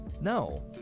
No